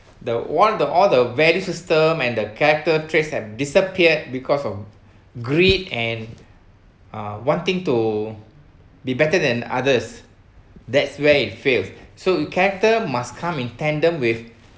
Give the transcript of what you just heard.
the one all the value system and the character traits have disappeared because of greed and uh wanting to be better than others that's where it fails so character must come in tandem with